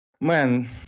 Man